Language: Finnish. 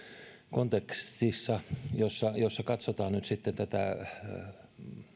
kontekstissa jossa katsotaan nyt sitten tätä